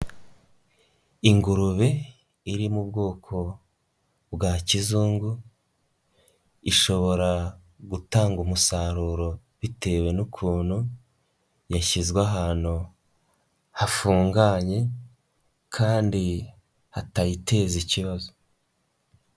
Ingurube iri mu bwoko bwa kizungu, ishobora gutanga umusaruro bitewe n'ukuntu yashyizwe ahantu hafunganye kandi hatayiteza ikibazo.